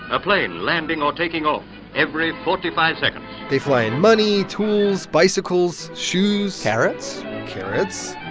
a plane landing or taking off every forty five seconds they fly in money, tools, bicycles, shoes carrots carrots.